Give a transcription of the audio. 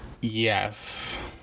Yes